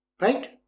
right